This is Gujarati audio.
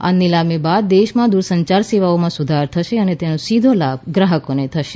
આ નિલામી બાદ દેશમાં દુર સંયાર સેવાઓમાં સુધાર થશે તેનો સીધો લાભ ગ્રાહકો થશે